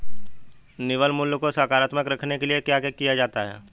निवल मूल्य को सकारात्मक रखने के लिए क्या क्या किया जाता है?